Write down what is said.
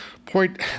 point